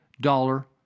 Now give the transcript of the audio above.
dollar